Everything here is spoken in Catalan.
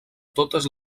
totes